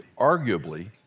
arguably